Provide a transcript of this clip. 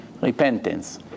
Repentance